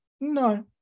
No